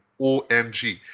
OMG